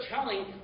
telling